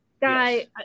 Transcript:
guy